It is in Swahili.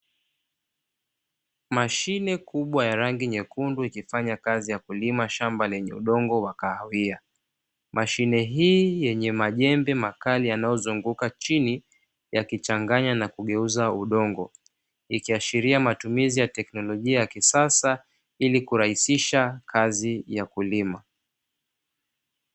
Mashine kubwa ya rangi nyekundu ikifanya kazi ya kulima shamba lenye udongo wa kahawia, mashine hii yenye majembe makali yanayozunguka chini yakichanganya na kugeuza udongo ikiashiria matumizi ya teknolojia ya kisasa ili kurahisisha kazi ya kulima.